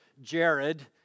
Jared